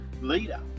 leader